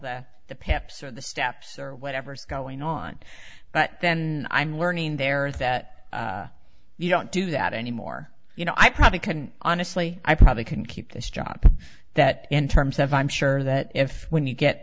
the the paps or the steps or whatever is going on but then i'm learning there that you don't do that anymore you know i probably couldn't honestly i probably couldn't keep this job that in terms of i'm sure that if when you get